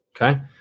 Okay